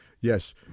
Yes